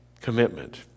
commitment